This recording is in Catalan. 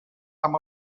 amb